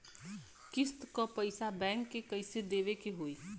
किस्त क पैसा बैंक के कइसे देवे के होई?